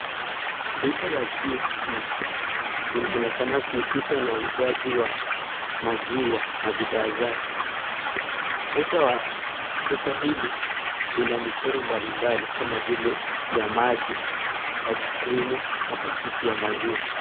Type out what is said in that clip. Duka la GSP linaonekana kuhusika na uuzaji wa maziwa na bidhaa zake. Ukuta wa duka hili lina michoro mbalimbali kama vile ya maji, icecream na pakiti ya maziwa.